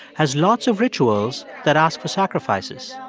has lots of rituals that ask for sacrifices,